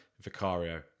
Vicario